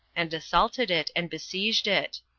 and assaulted it, and besieged it.